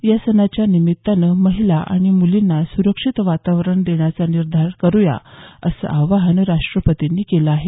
या सणाच्या निमित्तानं महिला आणि मुलींना सुरक्षित वातावरण देण्याचा निर्धार करुया असं आवाहन राष्ट्रपतींनी केलं आहे